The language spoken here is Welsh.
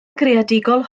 greadigol